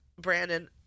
Brandon